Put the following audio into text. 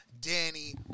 Danny